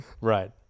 Right